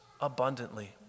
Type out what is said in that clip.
abundantly